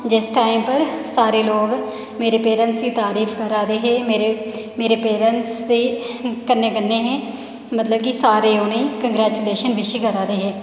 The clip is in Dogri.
जिस टाईम पर सारे लोग मेरे पेरेंट्स दी तारीफ करा दे हे मेरे पेरेंट्स दे कन्नै कन्नै हे मतलब सारे उ'नेंगी कांगरेचुलेशन विश करा दे हे